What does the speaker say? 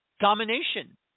domination